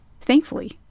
thankfully